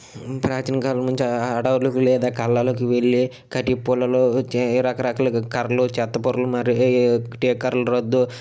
ప్రాచీనకాలం నుంచి అడవులలోకి లేదా కళ్ళాలలోకి వెళ్ళి కట్టే పుల్లలు వచ్చేవి రకరకాలు కర్రలు చెత్త పుల్లలు మరియు టేకు కర్రల రొద్దు